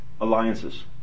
alliances